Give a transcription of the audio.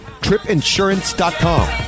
TripInsurance.com